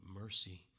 mercy